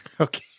Okay